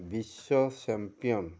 Biswa champion